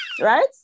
Right